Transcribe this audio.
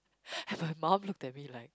and my mum looked at me like